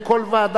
(תיקוני חקיקה)